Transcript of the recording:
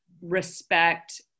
respect